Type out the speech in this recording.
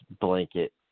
blanket